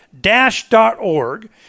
Dash.org